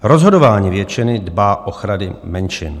Rozhodování většiny dbá ochrany menšin.